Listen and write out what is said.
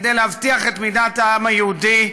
כדי להבטיח את מדינת העם היהודי,